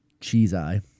Cheese-eye